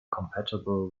compatible